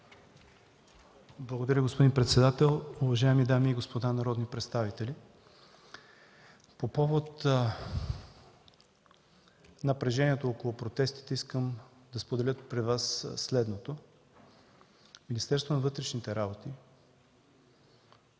Благодаря, господин председател. Уважаеми дами и господа народни представители! По повод напрежението около протестите искам да споделя пред Вас следното. Министерството на вътрешните работи